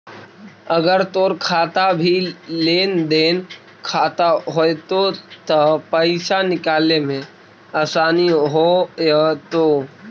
अगर तोर खाता भी लेन देन खाता होयतो त पाइसा निकाले में आसानी होयतो